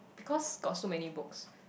because got so many books